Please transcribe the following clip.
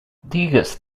digues